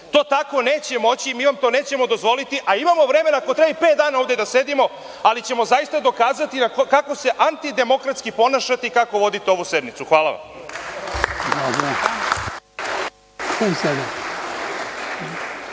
To tako neće moći. Mi vam to nećemo dozvoliti, a imamo vremena ako treba i pet dana ovde da sedimo, ali ćemo zaista dokazati kako se antidemokratski ponašate i kako vodite ovu sednicu. Hvala vam.